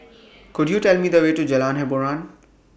Could YOU Tell Me The Way to Jalan Hiboran